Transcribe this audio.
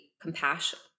compassion –